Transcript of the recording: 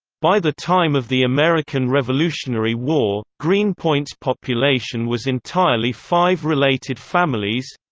by the time of the american revolutionary war, greenpoint's population was entirely five related families